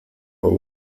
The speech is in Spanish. favor